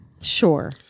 Sure